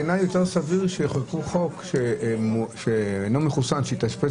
בעיני יותר סביר שיחוקקו חוק שאינו מחוסן שהתאשפז